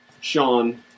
Sean